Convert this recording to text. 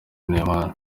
neymar